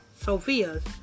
Sophia's